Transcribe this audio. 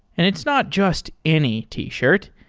and it's not just any t-shirt.